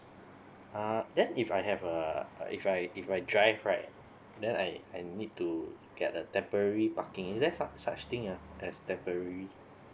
uh then if I have a if I if I drive right then I I need to get a temporary parking is there su~ such thing uh as temporary